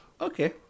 Okay